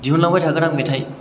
दिहुनलांबाय थागोन आं मेथाइ